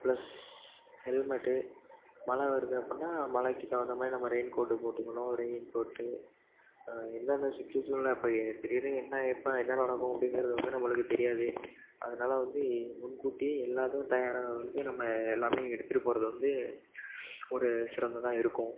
plus helmet மழை வருது அப்படின்னா மழைக்கு தகுந்த மாதிரி நம்ம ரெயின் கோட் போட்டுக்கணும் ரெயின் கோட்டு எந்தந்த சுச்சுவேஷனில் இப்போ திடிரெனு என்ன எப்போ என்ன நடக்கும் அப்படிங்குறது வந்து நம்மளுக்கு தெரியாது அதனால வந்து முன்கூட்டியே எல்லாத்துக்கும் தயாராக வந்து நம்ம எல்லாமே எடுத்துகிட்டு போவது வந்து ஒரு சிறந்ததாக இருக்கும்